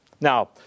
Now